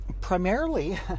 primarily